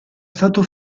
stato